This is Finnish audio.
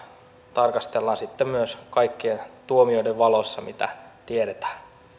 tarkastellaan sitten myös kaikkien tuomioiden valossa mitä tiedetään